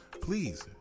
please